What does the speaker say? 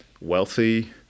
wealthy